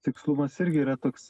tikslumas irgi yra toks